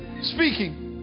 speaking